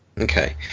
Okay